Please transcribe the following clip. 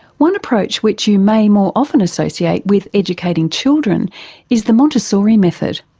one approach which you may more often associate with educating children is the montessori method.